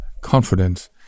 confidence